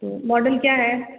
तो मॉडल क्या है